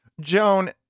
Joan